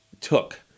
took